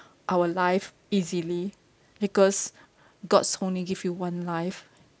our life easily because god's only give you one life